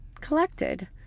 collected